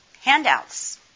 handouts